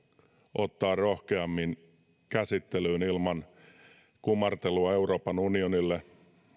ottaa rohkeammin käsittelyyn ilman kumartelua euroopan unionille